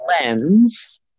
lens